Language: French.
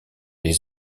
les